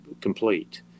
complete